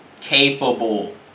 capable